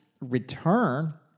return